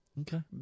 Okay